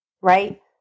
right